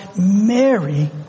Mary